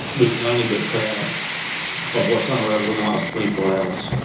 we can only be proud of what's unravelled in the last twenty four hours.